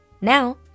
Now